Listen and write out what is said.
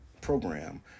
program